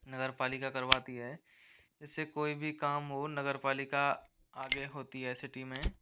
नगर पालिका करवाती है जिससे कोई भी काम हो नगर पालिका आगे होती है सिटी में